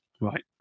Right